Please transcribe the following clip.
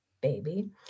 baby